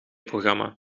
programma